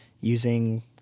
using